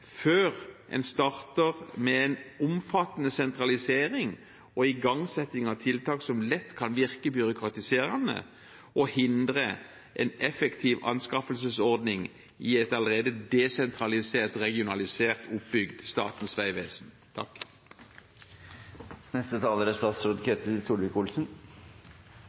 før en starter med en omfattende sentralisering og igangsetting av tiltak som lett kan virke byråkratiserende og hindre en effektiv anskaffelsesordning i et allerede desentralisert, regionalisert oppbygd Statens vegvesen.